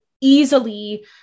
easily